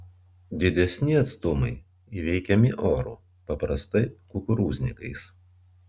didesni atstumai įveikiami oru paprastai kukurūznikais